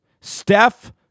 Steph